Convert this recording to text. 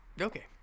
Okay